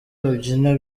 babyina